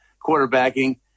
quarterbacking